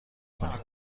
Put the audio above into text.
کنیم